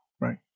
right